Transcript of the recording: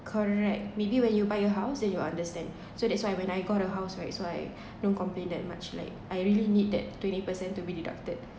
correct maybe when you buy a house then you understand so that's why when I got the house that's why don't complain that much like I really need that twenty percent to be deducted